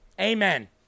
Amen